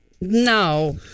No